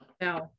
now